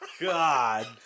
God